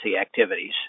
activities